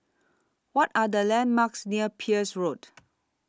What Are The landmarks near Peirce Road